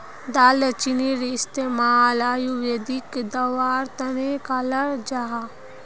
दालचीनीर इस्तेमाल आयुर्वेदिक दवार तने कराल जाहा